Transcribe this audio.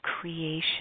creation